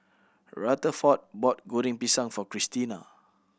Rutherford brought Goreng Pisang for Kristina